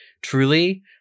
truly